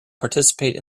participate